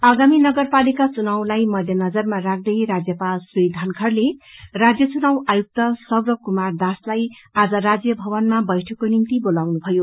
आगामी नगरपालिाका चुनावलाई मध्यजरमा राख्दै राज्यपाल श्री धनखड़ले राज्य चुनाव आयुक्त सौरभ कुमार दासलाई आज राज्य भवनमा बैठकको निम्ति बोलाउनु भयो